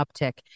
uptick